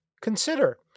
Consider